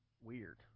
weird